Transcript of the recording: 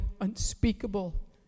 unspeakable